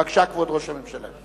בבקשה, כבוד ראש הממשלה.